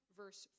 verse